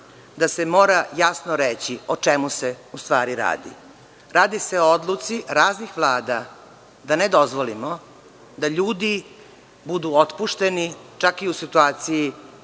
da se mora jasno reći o čemu se radi. Radi se o odluci raznih vlada da ne dozvolimo da ljudi budu otpušteni, čak i u situaciji